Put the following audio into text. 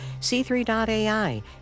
C3.ai